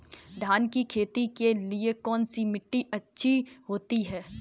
धान की खेती के लिए कौनसी मिट्टी अच्छी होती है?